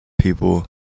people